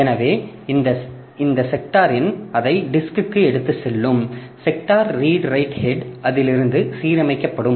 எனவே இந்த செக்டார் எண் அதை டிஸ்க்கு எடுத்துச் செல்லும் செக்டார் ரீடு ரைட் ஹெட் அதிலிருந்து சீரமைக்கப்படும்